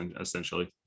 essentially